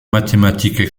mathématiques